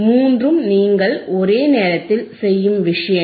மூன்றும் நீங்கள் ஒரே நேரத்தில் செய்யும் விஷயங்கள்